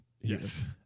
Yes